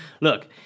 look